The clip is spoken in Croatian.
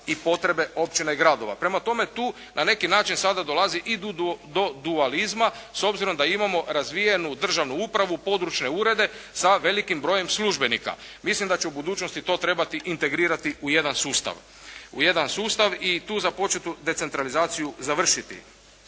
i potrebe općine i gradova. Prema tome tu na neki način sada dolazi i do dualizma s obzirom da imamo razvijenu državnu upravu, područne urede sa velikim brojem službenika. Mislim da će u budućnosti to trebati integrirati u jedan sustav i tu započetu decentralizaciju završiti.